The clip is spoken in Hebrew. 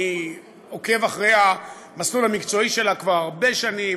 אני עוקב אחרי המסלול המקצועי שלה כבר הרבה שנים.